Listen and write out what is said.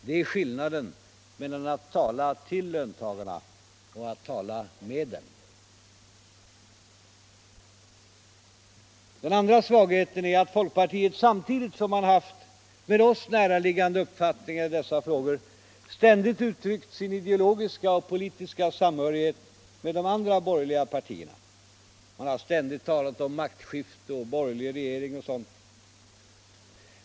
Det är skillnad mellan att tala till löntagarna och att tala med dem. Den andra svagheten är att folkpartiet, samtidigt som man haft oss näraliggande uppfattningar i dessa frågor, ständigt uttryckt sin ideologiska och politiska samhörighet med de andra borgerliga partierna. Man har ständigt talat om maktskifte och en borgerlig regering.